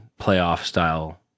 playoff-style